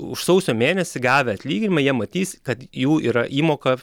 už sausio mėnesį gavę atlyginimą jie matys kad jų yra įmoka